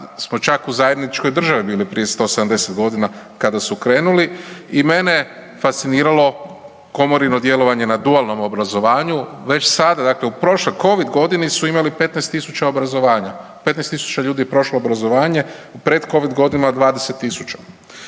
smo čak u zajedničkoj državi bili prije 170 godina kada su krenuli i mene fasciniralo komorino djelovanje na dualnom obrazovanju. Već sada, dakle u prošloj Covid godini su imali 15.000 obrazovanja. 15.000 ljudi je prošlo obrazovanje. Pred Covid godina 20.000.